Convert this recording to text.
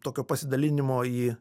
tokio pasidalinimo į